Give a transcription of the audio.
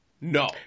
No